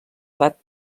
edat